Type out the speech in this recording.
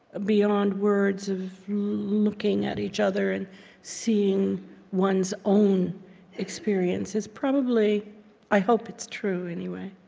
beyond words of looking at each other and seeing one's own experience, is probably i hope it's true, anyway